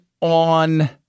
on